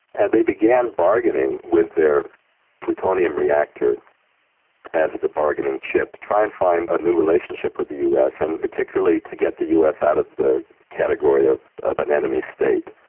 and they began bargaining with their plutonium reactor as the bargaining chip to try and find a new relationship with the us, and particularly to get the us out of the category ah of an enemy state.